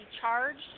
charged